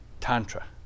Tantra